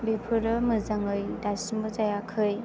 बेफोरो मोजाङै दासिमबो जायाखै